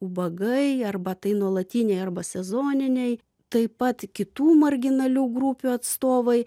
ubagai arba tai nuolatiniai arba sezoniniai taip pat kitų marginalių grupių atstovai